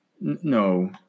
no